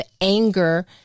anger